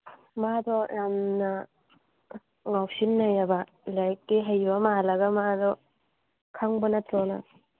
ꯃꯥꯗꯣ ꯌꯥꯝꯅ ꯉꯥꯎꯁꯤꯟꯅꯩꯌꯦꯕ ꯂꯥꯏꯔꯤꯛꯇꯤ ꯍꯩꯕ ꯃꯥꯜꯂꯒ ꯃꯥꯗꯣ ꯈꯪꯕ ꯅꯠꯇ꯭ꯔꯣ ꯅꯪ